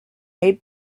made